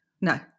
no